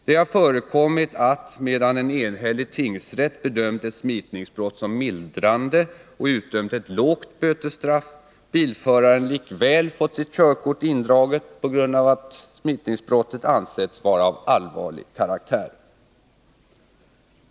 Det har förekommit att, medan en enhällig tingsrätt bedömt ett smitningsbrott som mildrande och utdömt ett lågt bötesstraff, bilföraren likväl fått sitt körkort indraget på grund av att smitningsbrottet ansetts vara av allvarlig karaktär.